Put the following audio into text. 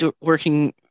working